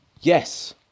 yes